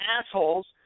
assholes